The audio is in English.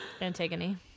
Antigone